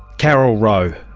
carol roe,